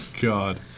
God